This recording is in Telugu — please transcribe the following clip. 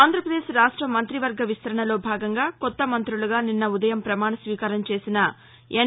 ఆంధ్రాపదేశ్ రాష్ట మంత్రివర్గ విస్తరణలో భాగంగా కొత్త మంత్రులుగా నిన్న ఉదయం ప్రమాణస్వీకారం చేసిన ఎన్